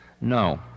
No